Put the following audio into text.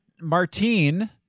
Martine